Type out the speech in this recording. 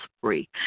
free